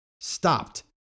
stopped